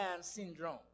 syndrome